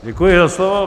Děkuji za slovo.